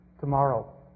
tomorrow